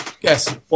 Yes